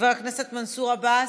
חבר הכנסת מנסור עבאס,